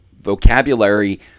vocabulary